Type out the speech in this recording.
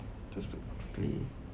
just put Oxley